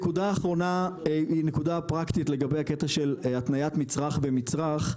נקודה אחרונה היא נקודה פרקטית לגבי הקטע של התניית מצרך במצרך.